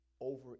over